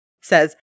says